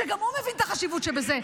שגם הוא מבין את החשיבות שבזה,